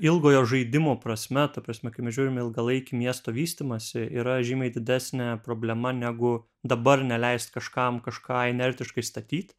ilgojo žaidimo prasme ta prasme kai mes žiūrim į ilgalaikį miesto vystymąsi yra žymiai didesnė problema negu dabar neleist kažkam kažką inertiškai statyt